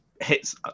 hits